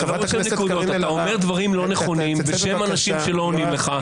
לא רושם נקודות אלא אומר דברים לא נכונים בשם אנשים שלא עונים לך.